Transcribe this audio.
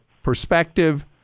Perspective